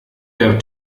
der